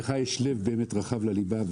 לך יש לב באמת רחב לליבה,